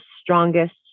strongest